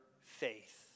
faith